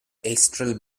astral